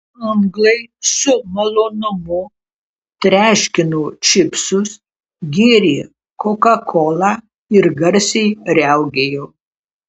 anglai su malonumu treškino čipsus gėrė kokakolą ir garsiai riaugėjo